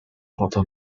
photo